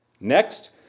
Next